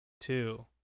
two